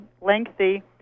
lengthy